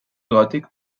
gòtic